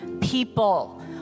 people